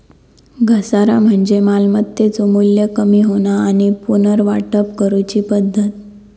घसारा म्हणजे मालमत्तेचो मू्ल्य कमी होणा आणि पुनर्वाटप करूची पद्धत